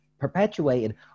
perpetuated